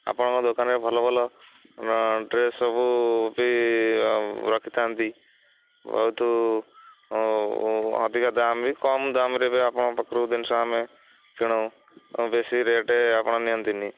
ଆପଣଙ୍କ ଦୋକାନରେ ଭଲ ଭଲ ଡ୍ରେସ୍ ସବୁ ବି ରଖିଥାନ୍ତି ବହୁତ ଅଧିକା ଦାମ ବି କମ୍ ଦାମରେ ବି ଆପଣଙ୍କ ପାଖରୁ ଜିନିଷ ଆମେ କିଣୁ ବେଶୀ ରେଟ୍ ଆପଣ ନିଅନ୍ତିନି